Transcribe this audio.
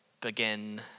begin